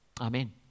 Amen